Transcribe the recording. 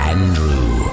Andrew